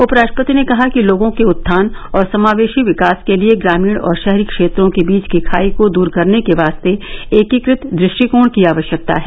उप राष्ट्रपति ने कहा कि लोगों के उत्थान और समावेशी विकास के लिए ग्रामीण और शहरी क्षेत्रों के बीच की खाई को दूर करने के वास्ते एकीकृत दृष्टिकोण की आवश्यकता है